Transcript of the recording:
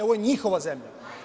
Ovo je njihova zemlja.